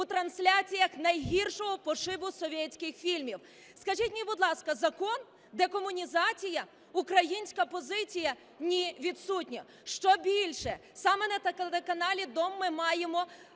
в трансляціях найгіршого пошибу совєтських фільмів. Скажіть мені, будь ласка, закон, декомунізація, українська позиція? Ні, відсутні. Щобільше, саме на телеканалі "Дом" ми маємо